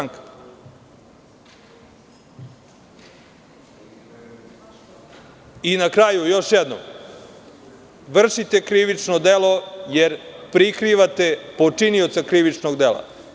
Na kraju, još jednom ću reći da vršite krivično delo jer prikrivate počinioca krivičnog dela.